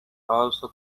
also